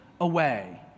away